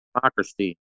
democracy